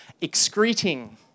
excreting